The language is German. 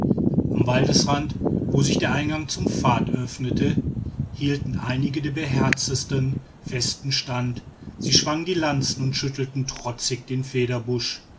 am waldesrand wo sich der eingang zum pfad öffnete hielten einige der beherztesten festen stand sie schwangen die lanzen und schüttelten trotzig den federbusch